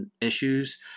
issues